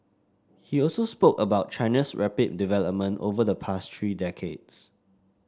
he also spoke about China's rapid development over the past three decades